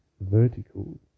vertical